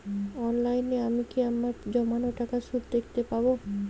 অনলাইনে আমি কি আমার জমানো টাকার সুদ দেখতে পবো?